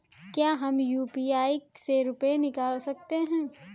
क्या हम यू.पी.आई से रुपये निकाल सकते हैं?